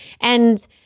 And-